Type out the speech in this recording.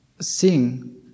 sing